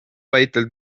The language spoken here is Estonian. väitel